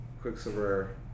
Quicksilver